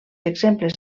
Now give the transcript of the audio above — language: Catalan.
exemples